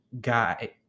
guy